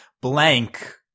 blank